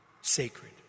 Sacred